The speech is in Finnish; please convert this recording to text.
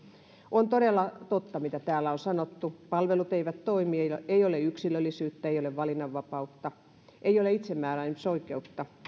on todella totta mitä täällä on sanottu palvelut eivät toimi ei ole yksilöllisyyttä ei ei ole valinnanvapautta ei ole itsemääräämisoikeutta